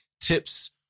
tips